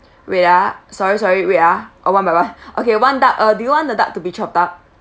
wait ah sorry sorry wait ah uh one by one okay one duck uh do you want the duck to be chopped up